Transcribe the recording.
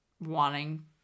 wanting